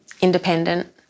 independent